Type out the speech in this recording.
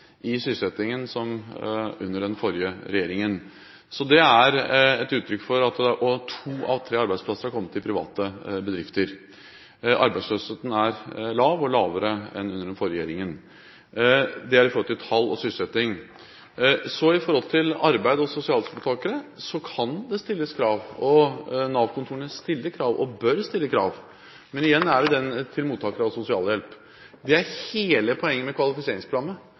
i sysselsettingen som under den forrige regjeringen. To av tre arbeidsplasser er kommet i private bedrifter. Arbeidsløsheten er lav og lavere enn under den forrige regjeringen. Det er i forhold til tall og sysselsetting. Når det gjelder arbeid og sosialhjelpsmottakere, kan det stilles krav. Nav-kontorene stiller krav og bør stille krav til mottakerne av sosialhjelp. Hele poenget med kvalifiseringsprogrammet er